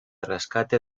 rescate